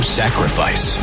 sacrifice